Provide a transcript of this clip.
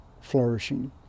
flourishing